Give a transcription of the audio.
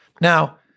Now